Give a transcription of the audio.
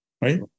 right